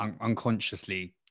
unconsciously